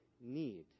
need